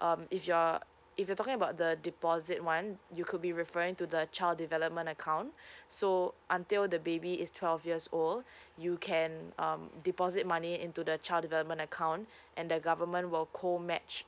um if you're if you're talking about the deposit [one] you could be referring to the child development account so until the baby is twelve years old you can um deposit money into the child development account and the government will co match